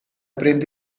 prende